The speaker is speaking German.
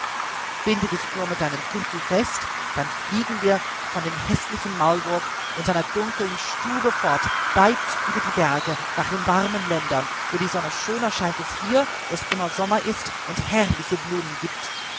binde dich nur mit deinem gürtel fest dann fliegen wir von dem häßlichen maulwurf und seiner dunkeln stube fort weit über die berge nach den warmen ländern wo die sonne schöner scheint als hier wo es immer sommer ist und herrliche blumen giebt